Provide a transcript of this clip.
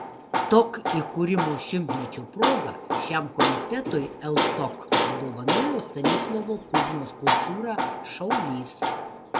tok įkūrimo šimtmečio proga šiam komitetui ltok padovanojo stanislovo kuzmos skulptūrą šaulys